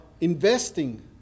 investing